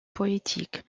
poétiques